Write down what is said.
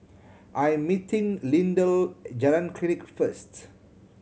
I'm meeting Lindell at Jalan Klinik first